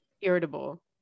irritable